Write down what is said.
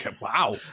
Wow